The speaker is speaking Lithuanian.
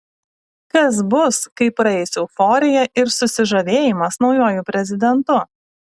kas bus kai praeis euforija ir susižavėjimas naujuoju prezidentu